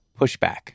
pushback